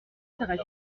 serait